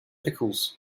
pickles